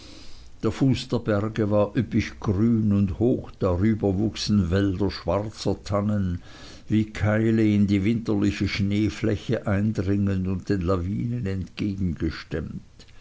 der fuß der berge war üppig grün und hoch darüber wuchsen wälder schwarzer tannen wie keile in die winterliche schneefläche eindringend und den lawinen entgegengestemmt